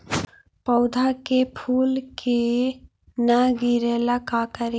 पौधा के फुल के न गिरे ला का करि?